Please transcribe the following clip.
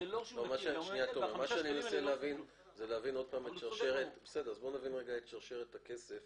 בוא נבין רגע את שרשרת הכסף